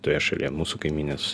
toje šalyje mūsų kaimynės